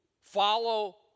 follow